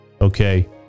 okay